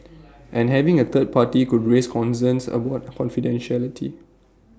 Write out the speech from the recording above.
and having A third party could raise concerns about confidentiality